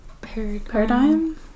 Paradigm